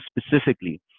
specifically